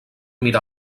mira